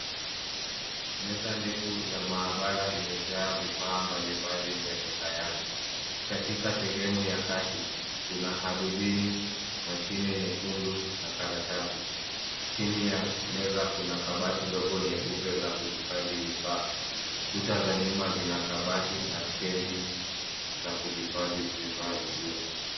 Meza ndefu ya maabara imejaa vifaa mbalimbali vya kisayansi. Katika sehemu ya kati kuna hadubini, mashine nyekundu na karatasi. Chini ya meza kuna kabati ndogo nyeupe za kuhifadhi vifaa. Kuta za nyuma zina kabati na stendi za kuhifadhi vifaa vingine.